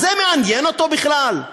זה מעניין אותו בכלל?